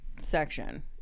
section